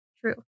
true